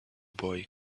boy